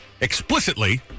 explicitly